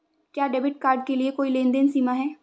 क्या debit card के लिए कोई लेनदेन सीमा है?